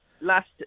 last